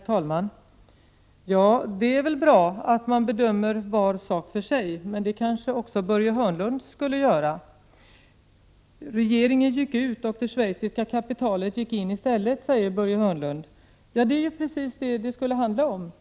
Herr talman! Det är väl bra att man bedömer var sak för sig. Börje Hörnlund skulle kanske också göra det. Regeringen gick ut och det schweiziska kapitalet gick in i stället, säger Börje Hörnlund. Ja, det är precis vad det skulle handla om.